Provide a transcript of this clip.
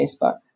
Facebook